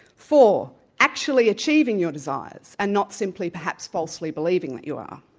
four. actually achieving your desires, and not simply perhaps falsely believing that you are.